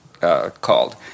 called